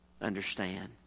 understand